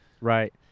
right